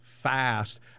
Fast